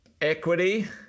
equity